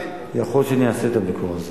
יכול להיות שאני אעשה את הביקור הזה.